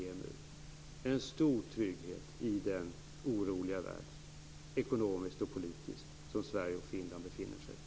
Det är en stor trygghet i det oroliga världsläge, ekonomiskt och politiskt, som Sverige och Finland befinner sig i.